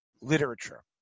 literature